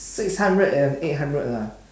six hundred and eight hundred lah